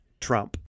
Trump